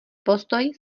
postoj